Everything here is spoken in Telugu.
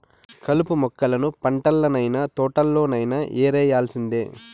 కలుపు మొక్కలను పంటల్లనైన, తోటల్లోనైన యేరేయాల్సిందే